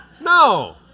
No